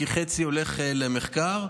כי חצי הולך למחקר,